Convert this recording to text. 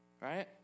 right